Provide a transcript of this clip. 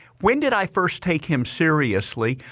when did i first take him seriously?